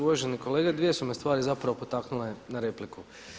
Uvaženi kolega, dvije su me stvari zapravo potaknule na repliku.